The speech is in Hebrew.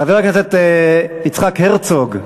חבר הכנסת יצחק הרצוג,